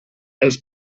els